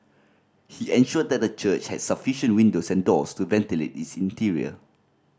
he ensured that the church had sufficient windows and doors to ventilate its interior